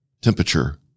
temperature